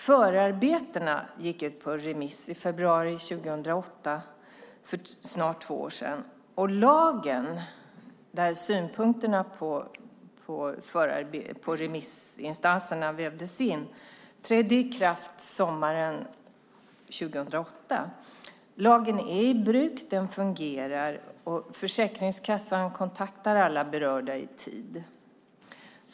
Förarbetena gick ut på remiss i februari 2008, för snart två år sedan, och lagen där remissinstansernas synpunkter vävdes in trädde i kraft sommaren 2008. Lagen är i bruk. Den fungerar. Försäkringskassan kontaktar alla berörda i tid.